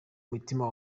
mutima